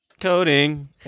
coding